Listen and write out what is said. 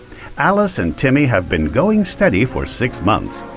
alice and timmy have been going steady for six months,